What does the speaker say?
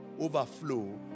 overflow